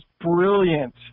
brilliant